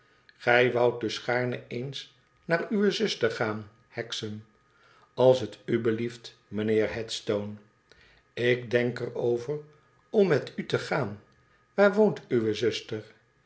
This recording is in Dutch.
gij woudt dus gaarne eens naar uwe zuster gaan hexam als t u blieft mijnheer headstone ik denk er over om met u te gaan waar woont uwe zuster